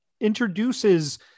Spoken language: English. introduces